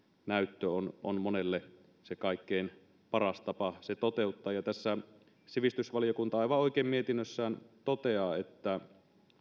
näyttö on on monelle se kaikkein paras tapa se toteuttaa tässä sivistysvaliokunta aivan oikein mietinnössään toteaa että